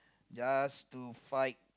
just to fight